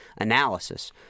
analysis